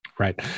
Right